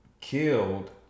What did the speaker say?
killed